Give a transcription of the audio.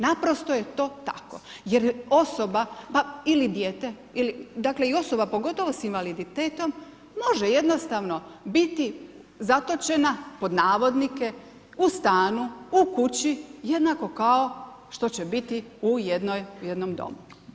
Naprosto je to tako jer osoba ili dijete, dakle i osoba pogotovo s invaliditetom može jednostavno biti zatočena, pod navodnike, u stanu, u kući, jednako kao što će biti u jednom domu.